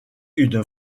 une